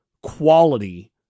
quality